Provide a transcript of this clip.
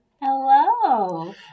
Hello